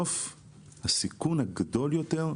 הסיכון הגדול יותר,